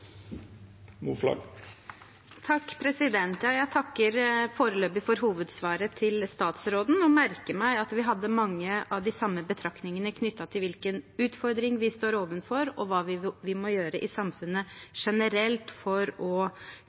Jeg takker foreløpig for hovedsvaret til statsråden, og merker meg at vi hadde mange av de samme betraktningene knyttet til hvilken utfordring vi står overfor og hva vi må gjøre i samfunnet generelt for å